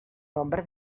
nombre